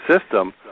system